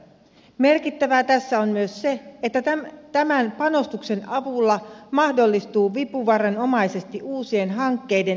merkittävää tässä on myös se että tämän panostuksen avulla mahdollistuu vipuvarrenomaisesti uusien hankkeiden liikkeellelähtö